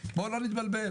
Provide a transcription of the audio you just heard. והתעסקנו בו ביחד.